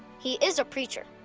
he is a preacher.